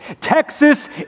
Texas